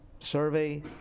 survey